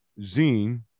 zine